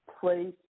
place